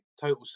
total